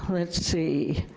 let's see,